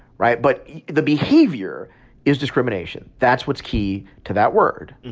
right? but the behavior is discrimination. that's what's key to that word